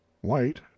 white